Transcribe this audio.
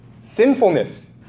sinfulness